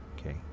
Okay